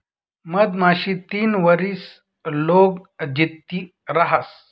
मधमाशी तीन वरीस लोग जित्ती रहास